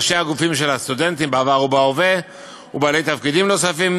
ראשי הגופים של הסטודנטים בעבר ובהווה ובעלי תפקידים נוספים,